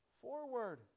forward